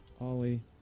Ollie